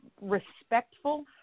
respectful